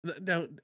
now